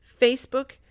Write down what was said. Facebook